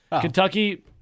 Kentucky